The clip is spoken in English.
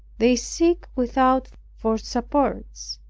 they seek without for supports.